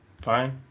Fine